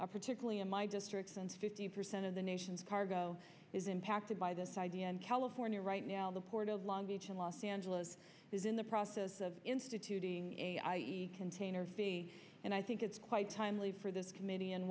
particularly in my district since fifty percent of the nation's cargo is impacted by this idea in california right now the port of long beach in los angeles is in the process of instituting a container and i think it's quite timely for this com